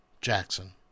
Jackson